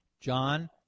John